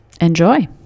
enjoy